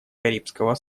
карибского